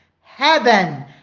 heaven